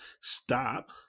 stop